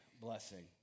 blessing